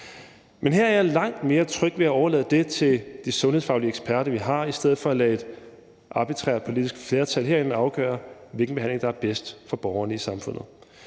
Men her er jeg langt mere tryg ved at overlade det til de sundhedsfaglige eksperter, vi har, i stedet for at lade et arbitrært politisk flertal herinde afgøre, hvilken behandling der er bedst for borgerne i samfundet.